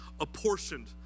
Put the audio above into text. apportioned